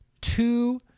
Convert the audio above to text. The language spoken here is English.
two